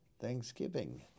Thanksgiving